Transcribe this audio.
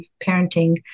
parenting